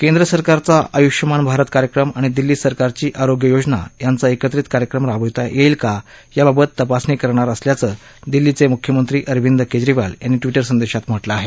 केंद्र सरकारचा आयुष्मान भारत कार्यक्रम आणि दिल्ली सरकारची आरोग्य योजना यांचा एकत्रित कार्यक्रम राबविता येईल का याबाबत तपासणी करणार असल्याचं दिल्लीचे मुख्यमंत्री अरविंद केजरीवाल यांनी ट्विटर संदेशात म्हटलं आहे